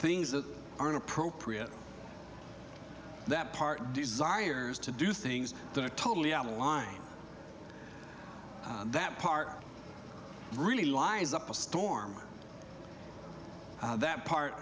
things that are inappropriate that part desires to do things that are totally out of line that part really lies up a storm or that part